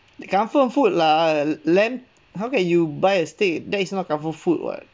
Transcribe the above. the comfort food lah land how can you buy a steak that is not comfort food [what]